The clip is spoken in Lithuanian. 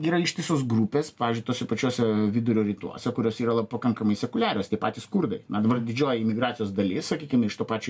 yra ištisos grupės pavyzdžiui tuose pačiuose vidurio rytuose kurios yra pakankamai sekuliarios tie patys kurdai na dabar didžioji imigracijos dalis sakykim ir iš to pačio